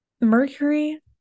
Mercury